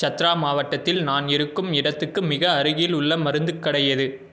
சத்ரா மாவட்டத்தில் நான் இருக்கும் இடத்துக்கு மிக அருகிலுள்ள மருந்துக் கடை எது